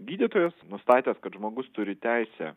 gydytojas nustatęs kad žmogus turi teisę